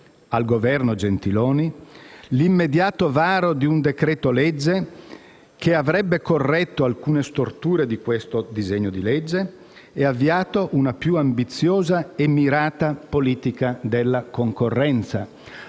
al Governo Gentiloni Silveri l'immediato varo di un decreto-legge che avrebbe corretto alcune storture di questo disegno di legge e avviato una più ambiziosa e mirata politica della concorrenza.